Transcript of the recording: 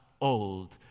old